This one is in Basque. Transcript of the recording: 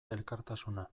elkartasuna